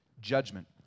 judgment